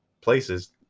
places